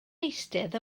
eistedd